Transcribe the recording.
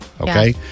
Okay